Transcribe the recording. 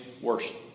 worship